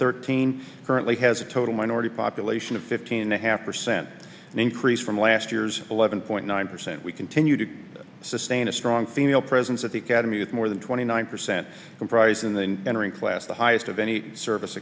thirteen currently has a total minority population of fifteen and a half percent increase from last year's eleven point nine percent we continue to sustain a strong female presence at the academy with more than twenty nine percent comprise in the entering class the highest of any service